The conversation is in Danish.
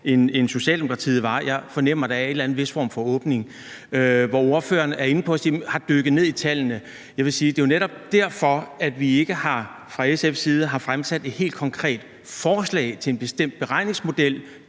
end Socialdemokratiet var. Jeg fornemmer, at der er en vis form for åbning. Og ordføreren er inde på at sige, at man har dykket ned i tallene, og jeg vil sige, at det jo netop er derfor, vi fra SF's side ikke har fremsat et helt konkret forslag til en bestemt beregningsmodel